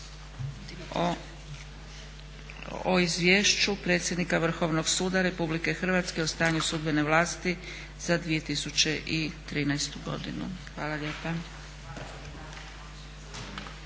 o Izvješće predsjednika Vrhovnog suda RH o stanju sudbene vlasti za 2013.godinu. Hvala lijepa.